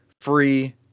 free